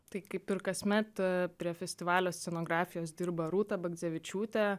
tai kaip ir kasmet prie festivalio scenografijos dirba rūta bagdzevičiūtė